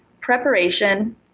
preparation